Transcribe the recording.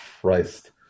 Christ